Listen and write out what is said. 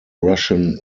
russian